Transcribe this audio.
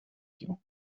you